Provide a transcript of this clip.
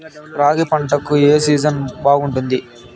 రాగి పంటకు, ఏ సీజన్ బాగుంటుంది?